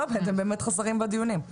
אתם באמת חסרים לנו בדיונים.